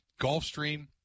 Gulfstream